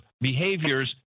behaviors